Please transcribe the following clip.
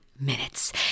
Minutes